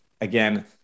again